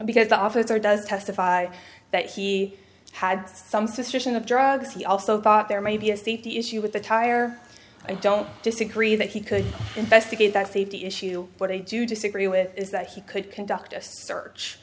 because the officer does testify that he had some suspicion of drugs he also thought there may be a safety issue with the tire i don't disagree that he could investigate that safety issue but i do disagree with is that he could conduct a search